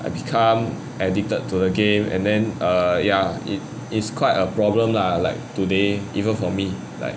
I become addicted to the game and then err ya it is quite a problem lah like today even for me like